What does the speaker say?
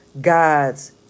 God's